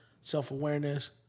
self-awareness